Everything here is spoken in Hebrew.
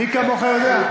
מי כמוך יודע.